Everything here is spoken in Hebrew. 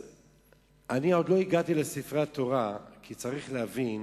עוד לא הגעתי לספרי התורה, כי צריך להבין